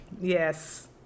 Yes